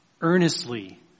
Earnestly